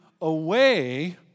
away